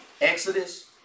Exodus